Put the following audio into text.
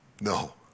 No